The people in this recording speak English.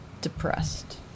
Depressed